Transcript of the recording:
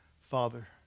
Father